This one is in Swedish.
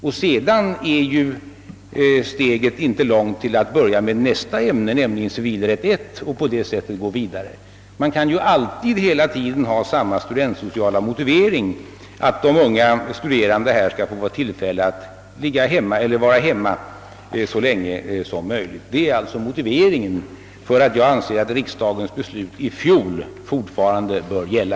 Därifrån är steget inte långt till nästa ämne, nämligen civilrätt I, för att sedan gå vidare. Man kan alltså hela tiden använda samma studiesociala motivering, d.v.s. att de unga studerandena skall få vara hemma så länge som möjligt. Just av dessa skäl anser jag att riksdagens förslag från i fjol fortfarande bör gälla.